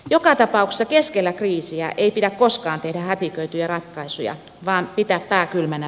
joka tapauksessa keskellä kriisiä ei pidä koskaan tehdä hätiköityjä ratkaisuja vaan pitää pää kylmänä